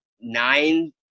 nine